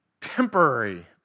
temporary